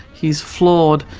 he's flawed,